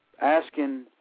asking